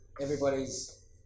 everybody's